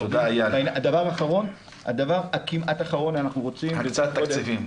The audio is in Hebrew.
הדבר הכמעט אחרון --- הקצאת תקציבים.